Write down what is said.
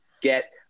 get